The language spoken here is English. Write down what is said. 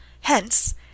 Hence